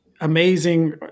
amazing